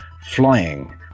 flying